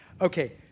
Okay